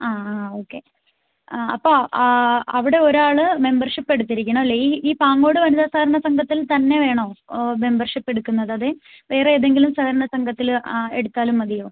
ആ ആ ഓക്കേ ആ അപ്പോൾ ആ അവിടെ ഒരാൾ മെമ്പർഷിപ്പ് എടുത്തിരിക്കണം അല്ലെങ്കിൽ ഈ ഈ പാങ്ങോട് വനിത സഹകരണ സംഘത്തിൽ തന്നെ വേണോ മെമ്പർഷിപ്പ് എടുക്കുന്നത് അതെ വേറെ ഏതെങ്കിലും സഹകരണ സംഘത്തിൽ എടുത്താലും മതിയോ